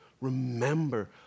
Remember